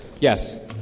yes